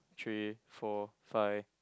three four five